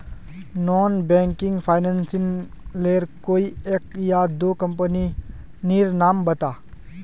Non banking financial लेर कोई एक या दो कंपनी नीर नाम बता?